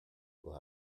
will